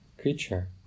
creature